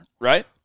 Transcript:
right